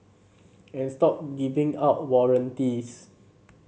and stop giving out warranties